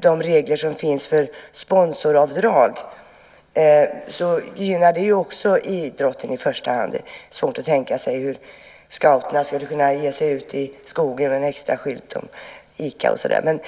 de regler som finns om sponsringsavdrag gynnar idrotten i första hand. Jag har svårt att tänka mig att scouterna skulle kunna ge sig ut i skogen med en skylt med ICA-reklam.